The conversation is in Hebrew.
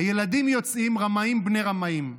הילדים יוצאים רמאים בני רמאים.